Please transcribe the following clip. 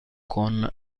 con